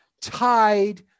tied